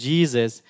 Jesus